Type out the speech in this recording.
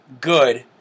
good